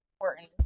important